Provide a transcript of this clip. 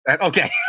Okay